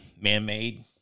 man-made